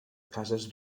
cases